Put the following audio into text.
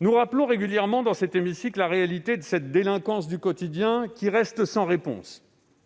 Nous rappelons régulièrement dans cet hémicycle la réalité de cette délinquance du quotidien qui reste sans réponse.